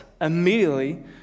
immediately